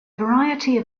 variety